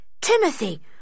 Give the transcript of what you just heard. Timothy